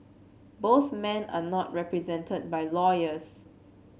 both men are not represented by lawyers